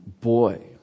boy